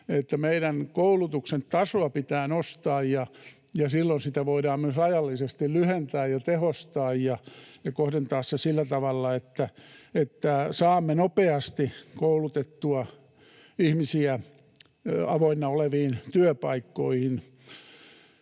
meidän koulutuksen tasoa pitää nostaa ja silloin sitä voidaan myös rajallisesti lyhentää ja tehostaa ja kohdentaa se sillä tavalla, että saamme nopeasti koulutettua ihmisiä avoinna oleviin työpaikkoihin.